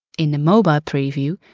in the mobile preview,